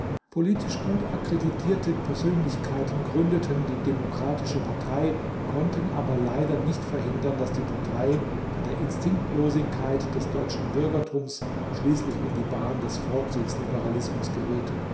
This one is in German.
politisch gut akkreditierte persönlichkeiten gründeten die demokratische partei konnten aber leider nicht verhindern daß die partei bei der instinktlosigkeit des deutschen bürgertums schließlich in die bahn des vorkriegs-liberalismus geriet